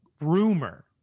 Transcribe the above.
rumor